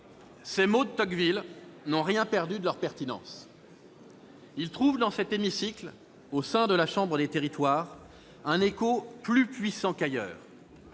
d'Alexis de Tocqueville n'ont rien perdu de leur pertinence. Ils trouvent dans cet hémicycle, au sein de la chambre des territoires, un écho plus puissant qu'ailleurs.